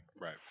Right